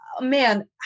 Man